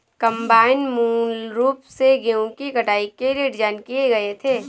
combine मूल रूप से गेहूं की कटाई के लिए डिज़ाइन किए गए थे